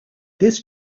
this